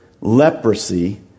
leprosy